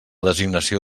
designació